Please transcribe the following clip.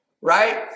right